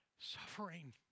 suffering